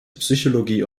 psychologie